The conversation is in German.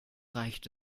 reicht